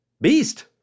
Beast